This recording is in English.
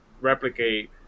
replicate